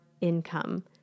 income